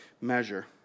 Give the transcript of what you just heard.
measure